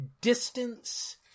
distance